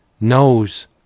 knows